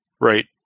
right